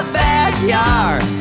backyard